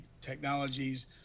technologies